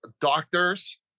doctors